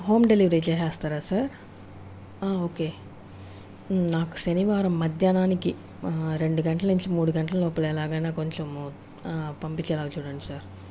home delivery చేస్తారా sir okay నాకు శనివారం మధ్యాహ్ననానికి రెండు గంటల నుంచి మూడు గంటల లోపల ఎలాగైనా కొంచెము పంపించేలా చూడండి సార్